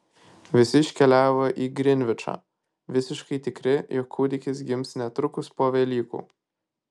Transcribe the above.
visi iškeliavo į grinvičą visiškai tikri jog kūdikis gims netrukus po velykų